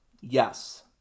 Yes